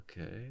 okay